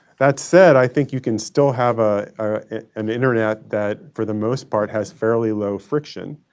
that said, i think you can still have ah an internet that for the most part has fairly low friction